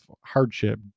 hardship